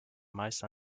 meist